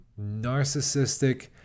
narcissistic